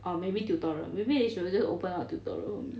orh maybe tutorial maybe they should just open up tutorial for me